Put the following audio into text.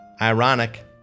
Ironic